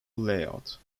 layout